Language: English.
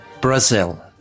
Brazil